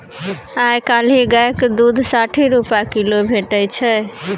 आइ काल्हि गायक दुध साठि रुपा किलो भेटै छै